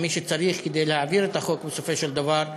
מי שצריך כדי להעביר את החוק בסופו של דבר,